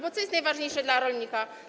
Bo co jest najważniejsze dla rolnika?